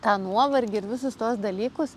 tą nuovargį ir visus tuos dalykus